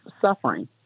suffering